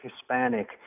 Hispanic